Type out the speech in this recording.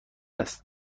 است